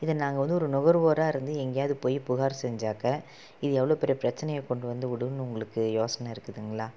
இதை நாங்கள் வந்து ஒரு நுகர்வோராக இருந்து எங்கேயாது போய் புகார் செஞ்சாக்க இது எவ்வளோ பெரிய பிரச்சனையை கொண்டு வந்து விடுன்னு உங்களுக்கு யோசனை இருக்குதுங்களா